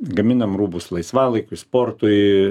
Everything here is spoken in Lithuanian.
gaminam rūbus laisvalaikiui sportui